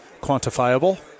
quantifiable